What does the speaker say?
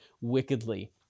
wickedly